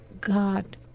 God